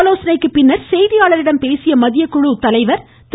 ஆலோசனைக்குப் பின்னர் செய்தியாளர்களிடம் பேசிய மத்திய குழு தலைநர் திரு